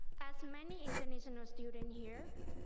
as many international student here,